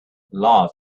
love